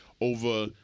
over